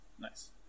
Nice